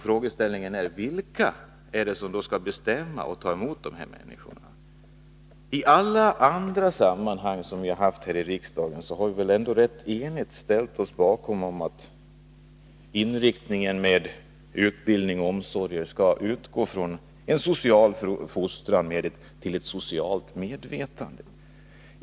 Frågeställningen är då: Vilka är det som skall bestämma och ta emot dessa människor? Talla andra sammanhang har vi väl ändå här i riksdagen rätt enigt ställt oss bakom tanken att inriktningen i fråga om utbildning och omsorg skall utgå från en fostran till socialt medvetande.